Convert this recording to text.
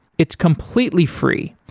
it's completely free.